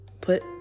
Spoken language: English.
put